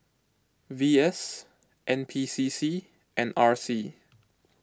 V S N P C C and R C